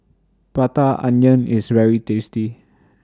Prata Onion IS very tasty